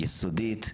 היא יסודית,